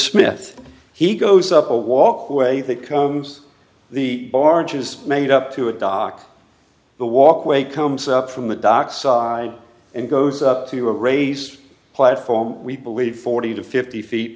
smith he goes up a walkway that comes the barge is made up to a dock the walkway comes up from the dock side and goes to a raised platform we believe forty to fifty feet